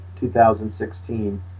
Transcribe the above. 2016